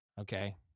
okay